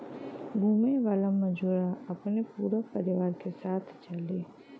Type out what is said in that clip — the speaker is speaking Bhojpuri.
घुमे वाला मजूरा अपने पूरा परिवार के साथ जाले